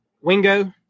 Wingo